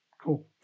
Cool